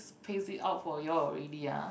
pace it out for you all already ah